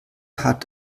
hat